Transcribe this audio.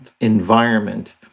environment